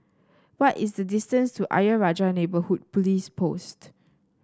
what is the distance to Ayer Rajah Neighbourhood Police Post